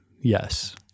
Yes